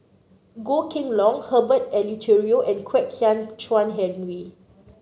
Goh Kheng Long Herbert Eleuterio and Kwek Hian Chuan Henry